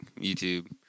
YouTube